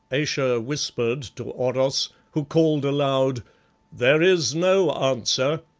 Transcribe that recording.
ayesha whispered to oros, who called aloud there is no answer.